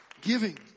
Giving